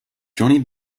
johnny